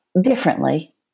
differently